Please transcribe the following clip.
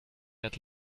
het